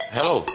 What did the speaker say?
Hello